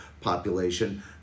population